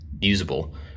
usable